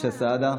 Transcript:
משה סעדה.